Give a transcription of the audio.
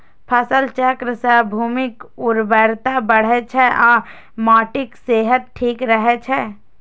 फसल चक्र सं भूमिक उर्वरता बढ़ै छै आ माटिक सेहत ठीक रहै छै